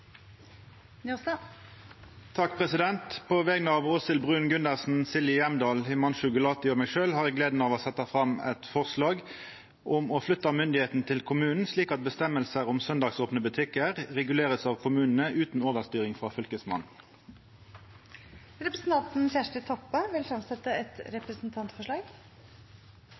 På vegner av Åshild Bruun-Gundersen, Silje Hjemdal, Himanshu Gulati og meg sjølv har eg gleda av å setja fram eit forslag om å flytta myndigheit til kommunen, slik at reglar om sundagsopne butikkar vert regulerte av kommunane utan overstyring frå fylkesmannen. Representanten Kjersti Toppe vil fremsette et representantforslag.